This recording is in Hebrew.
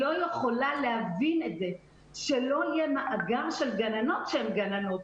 יכול להבין את זה שלא יהיה מאגר של גננות שהן גננות.